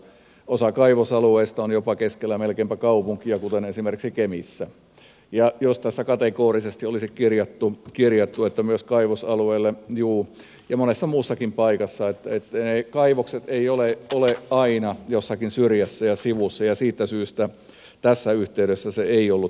osa kaivosalueista on jopa melkeinpä keskellä kaupunkia kuten esimerkiksi kemissä ja se että tässä kategorisesti olisi kirjattu että myös kaivosalueille juu ja monessa muussakin paikassa ei siitä syystä että ne kaivokset eivät ole aina jossakin syrjässä ja sivussa tässä yhteydessä ollut mahdollista